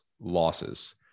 losses